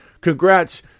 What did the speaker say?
congrats